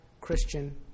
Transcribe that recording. Christian